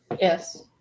Yes